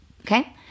Okay